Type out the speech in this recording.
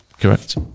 Correct